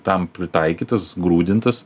tam pritaikytas grūdintas